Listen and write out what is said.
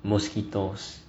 mosquitoes